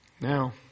Now